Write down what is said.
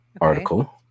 article